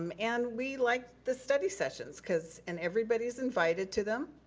um and we like the study sessions cause, and everybody's invited to them,